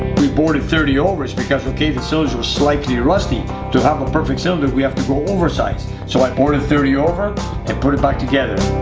we bored it thirty over because the cylinders were slightly rusty, so to have a perfect cylinder we have to go oversize so i bored thirty over and put it back together